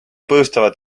põhjustavad